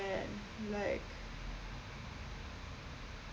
like